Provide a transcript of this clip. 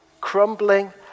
crumbling